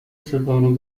ستارگان